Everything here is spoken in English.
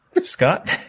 Scott